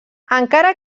encara